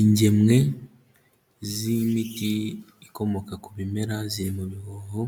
Ingemwe z'imiti ikomoka ku bimera ziri mu bihoho,